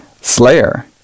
Slayer